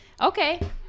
Okay